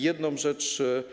Jedna rzecz.